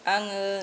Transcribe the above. आङो